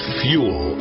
fuel